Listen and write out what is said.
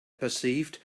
perceived